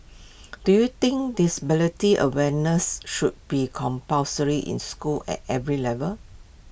do you think disability awareness should be compulsory in schools at every level